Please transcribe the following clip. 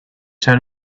turn